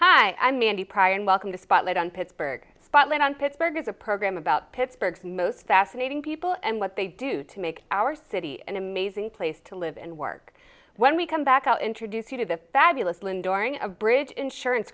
hi i'm mandy pryor and welcome to spotlight on pittsburgh spotlight on pittsburgh is a program about pittsburgh most fascinating people and what they do to make our city an amazing place to live and work when we come back i'll introduce you to the fabulous lynn during a bridge insurance